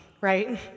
right